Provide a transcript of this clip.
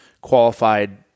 qualified